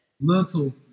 Little